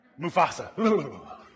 Mufasa